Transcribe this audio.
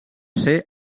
ser